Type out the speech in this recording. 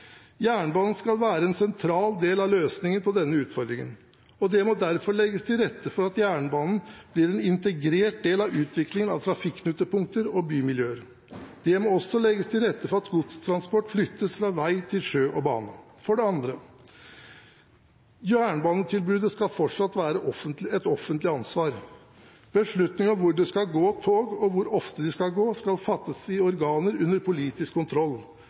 Jernbanen skal være en sentral del av løsningen på denne utfordringen, og det må derfor legges til rette for at jernbanen blir en integrert del av utviklingen av trafikknutepunkter og bymiljøer. Det må også legges til rette for at godstransport flyttes fra vei til sjø og bane. For det andre: Jernbanetilbudet skal fortsatt være et offentlig ansvar. Beslutninger om hvor det skal gå tog, og hvor ofte de skal gå, skal fortsatt fattes i organer under politisk kontroll,